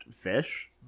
fish